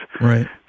right